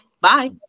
bye